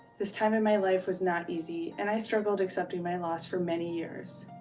this time of my life was not easy, and i struggled accepting my loss for many years.